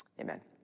amen